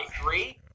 three